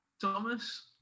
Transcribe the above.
Thomas